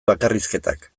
bakarrizketak